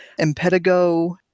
Empedigo